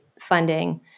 funding